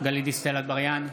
גלית דיסטל אטבריאן,